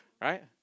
Right